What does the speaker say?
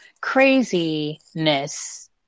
craziness